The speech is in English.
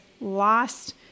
lost